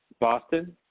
Boston